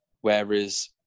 Whereas